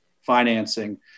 financing